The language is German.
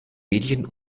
medien